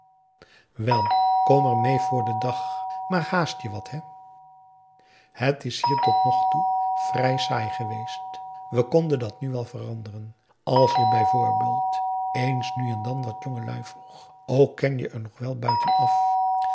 wel kom er meê voor den dag maar haast je wat hè het is hier totnogtoe vrij saai geweest we konden dat nu wel veranderen als je bijvoorbeeld eens nu en dan wat jongelui vroeg ook ken je er nog wel buitenaf